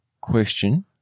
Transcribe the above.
Question